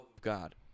God